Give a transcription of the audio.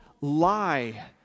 lie